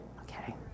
Okay